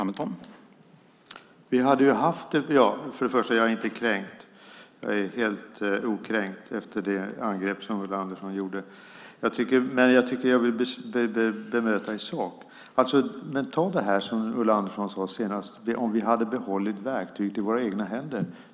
Herr talman! Jag är inte kränkt. Jag är helt okränkt efter det angrepp som Ulla Andersson gjorde. Men jag ville bemöta detta i sak. Ta det här som Ulla Andersson sade senast om vi hade behållit verktyget i våra egna händer.